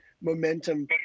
momentum